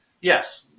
Yes